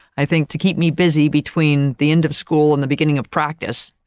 i think, to keep me busy between the end of school and the beginning of practice.